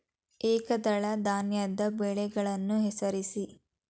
ಏಕದಳ ಧಾನ್ಯದ ಬೆಳೆಗಳನ್ನು ಹೆಸರಿಸಿ?